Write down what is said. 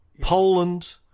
Poland